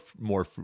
more